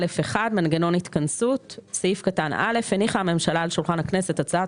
"מנגנון התכנסות 3א.1 )א) הניחה הממשלה על שולחן הכנסת הצעת